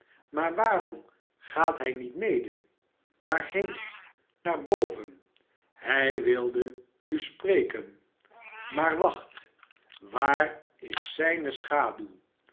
maar waarom gaat hij niet mede vvaarheen naar boven hij wilde u spreken maar wacht waar is zijne schaduw